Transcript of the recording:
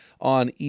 on